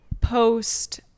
post